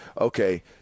okay